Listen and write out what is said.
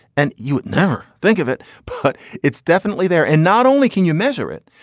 and you never think of it, but it's definitely there. and not only can you measure it,